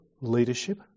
leadership